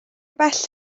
bell